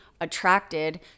attracted